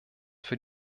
für